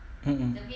mm mm